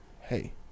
Hey